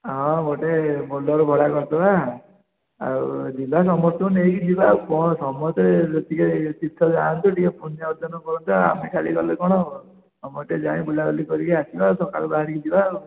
ହଁ ଗୋଟେ ବୋଲୋରୋ ଭଡ଼ା କରିଦେବା ଆଉ ଯିବା ସମସ୍ତଙ୍କୁ ନେଇକି ଯିବା ଆଉ କ'ଣ ସମସ୍ତେ ଟିକେ ତୀର୍ଥ ଯାଆନ୍ତୁ ଟିକେ ପୁଣ୍ୟ ଅର୍ଜନ କରନ୍ତୁ ଆଉ ଆମେ ଖାଲି ଗଲେ କ'ଣ ହବ ସମସ୍ତେ ଯାଇକି ବୁଲା ବୁଲି କରିକି ଆସିବା ସକାଳୁ ବାହାରିକି ଯିବା ଆଉ